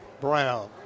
Brown